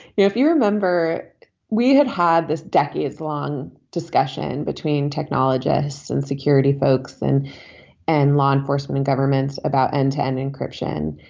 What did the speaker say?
if you remember we had had this decades long discussion between technologists and security folks and and law enforcement governments about end to end encryption.